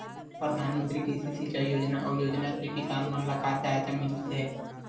प्रधान मंतरी कृषि सिंचाई योजना अउ योजना से किसान मन ला का सहायता मिलत हे?